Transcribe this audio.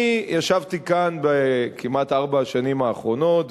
אני ישבתי כאן בכמעט ארבע השנים האחרונות,